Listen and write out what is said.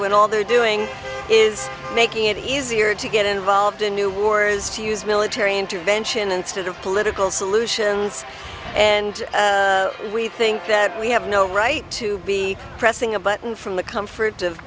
when all they're doing is making it easier to get involved in new wars to use military intervention into the political solutions and we think that we have no right to be pressing a button from the comfort of